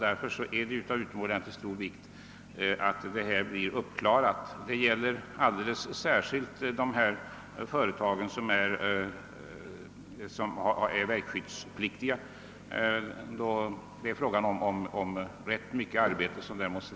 Därför är det av utomordentlig vikt ait något göres för att förenkla dem. Detta gäller i alldeles särskilt hög grad de företag som är verkskyddspliktiga. Det måste där läggas ned ganska mycket arbete på verkskyddet.